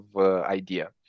idea